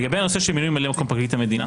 לגבי נושא של מילוי ממלא מקום פרקליט המדינה.